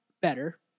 better